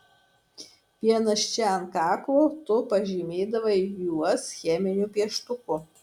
vienas čia ant kaklo tu pažymėdavai juos cheminiu pieštuku